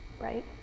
right